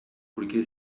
porque